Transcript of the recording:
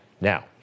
Now